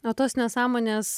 na tos nesąmonės